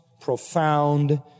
profound